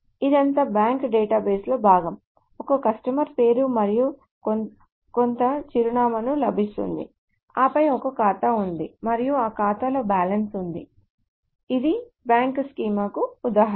ఇదంతా bank database లో భాగం ఒక కస్టమర్ పేరు మరియు కొంత చిరునామాను లభిస్తుంది ఆపై ఒక ఖాతా ఉంది మరియు ఆ ఖాతాలో బ్యాలెన్స్ ఉంది ఇది బ్యాంక్ స్కీమాకు ఉదాహరణ